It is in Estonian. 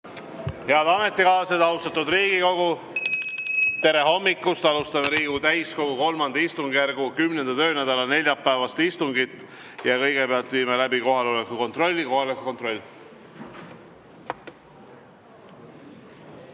Head ametikaaslased, austatud Riigikogu! Tere hommikust! Alustame Riigikogu täiskogu III istungjärgu 10. töönädala neljapäevast istungit. Kõigepealt viime läbi kohaloleku kontrolli. Kohaloleku kontroll!